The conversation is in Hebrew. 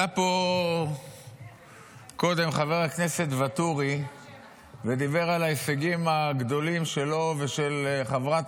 עלה פה קודם חבר הכנסת ואטורי ודיבר על ההישגים הגדולים שלו ושל חברת